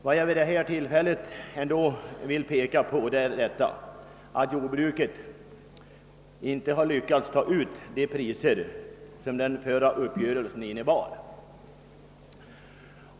Vad jag vid detta tillfälle ändock vill påpeka är att jordbruket inte har lyckats ta ut de priser som den förra uppgörelsen innebar.